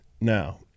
now